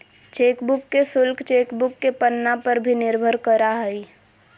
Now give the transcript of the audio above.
chequebook के शुल्क chequebook के पन्ना पर भी निर्भर करा हइ